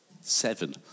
Seven